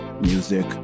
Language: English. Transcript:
Music